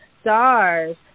stars